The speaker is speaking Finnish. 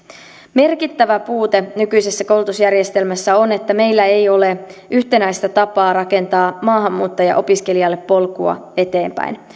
merkittävä puute nykyisessä koulutusjärjestelmässä on että meillä ei ole yhtenäistä tapaa rakentaa maahanmuuttajaopiskelijalle polkua eteenpäin